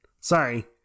Sorry